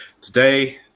today